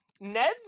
Ned's